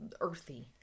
earthy